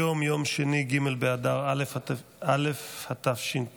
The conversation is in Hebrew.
היום יום שני ג' באדר א' התשפ"ד,